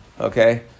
okay